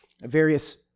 various